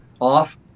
off